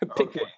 Okay